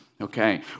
Okay